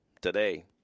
today